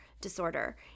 disorder